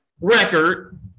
record